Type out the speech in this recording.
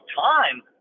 time